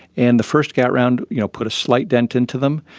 and the first gatt round you know put a slight dent into them.